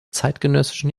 zeitgenössischen